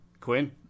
Quinn